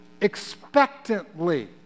expectantly